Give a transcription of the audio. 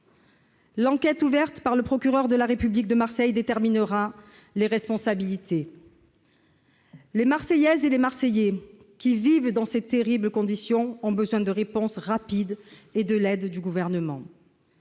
L'enquête ouverte par le procureur de la République de Marseille déterminera les responsabilités, mais les Marseillaises et les Marseillais qui vivent dans ces terribles conditions ont besoin de réponses rapides et de l'aide du Gouvernement.